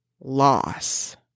loss